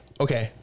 Okay